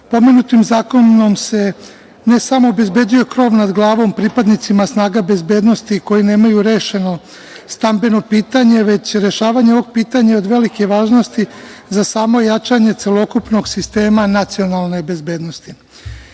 rešavaju. Pomenutim zakonom se ne samo obezbeđuje krov nad glavom pripadnicima snaga bezbednosti, koje nemaju rešeno stambeno pitanje, već rešavanje ovog pitanja je od velike važnosti za samo jačanje celokupnog sistema nacionalne bezbednosti. Imajući